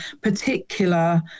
particular